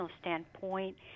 standpoint